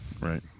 Right